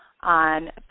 on